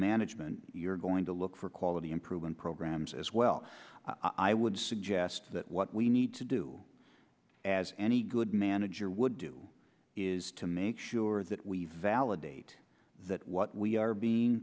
management you're going to look for quality improvement programs as well i would suggest that what we need to do as any good manager would do is to make sure that we validate that what we are being